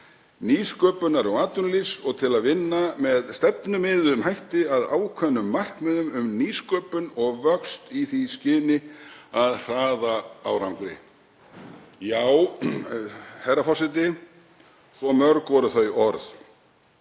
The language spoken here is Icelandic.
nýsköpunar og atvinnulífs og til að vinna með stefnumiðuðum hætti að ákveðnum markmiðum um nýsköpun og vöxt í því skyni að hraða árangri.“ — Já, herra forseti, svo mörg voru þau orð.